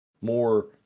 more